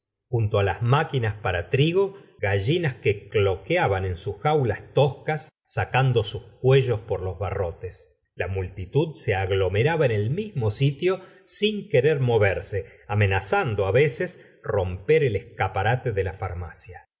junto las máquinas para trigo gallinas que cloqueaban en sus jaulas toscas sacando sus cuellos por los barrotes la multitud se aglomeraba en el mismo sitio sin querer moverse amenazando veces romper el escaparate de la farmacia los